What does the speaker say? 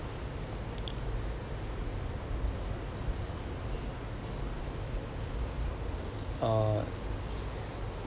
uh